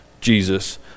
Jesus